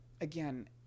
again